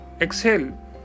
exhale